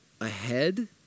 ahead